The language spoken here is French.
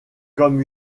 comme